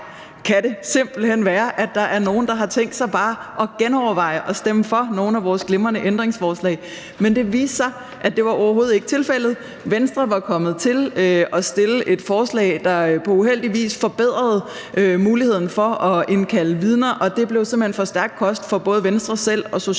kan det simpelt hen være, at der er nogen, der har tænkt sig at genoverveje at stemme for nogle af vores glimrende ændringsforslag? Men det viste sig, at det overhovedet ikke var tilfældet. Venstre var kommet til at stille et forslag, der på uheldig vis forbedrede muligheden for at indkalde vidner, og det blev simpelt hen for stærk kost for både Venstre selv og Socialdemokratiet.